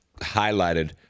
highlighted –